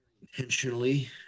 intentionally